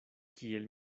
kiel